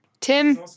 Tim